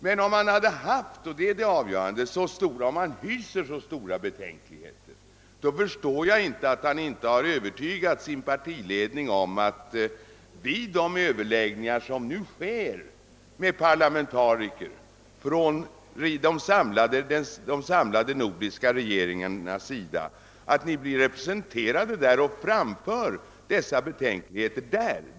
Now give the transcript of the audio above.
Men om herr Hansson i Skegrie har så stora betänkligheter förstår jag inte att han inte har övertygat sin partiledning om att vid de överläggningar med parlamentariker, som de samlade nordiska regeringarna nu för, skall ni vara representerade och kunna framföra era betänkligheter.